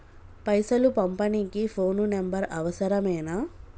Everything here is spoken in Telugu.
పైసలు పంపనీకి ఫోను నంబరు అవసరమేనా?